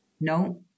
No